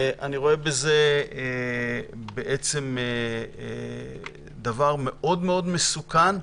אני רואה בזה דבר מאוד מאוד מסוכן,